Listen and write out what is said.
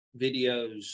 videos